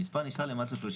המספר נשאר 37.5,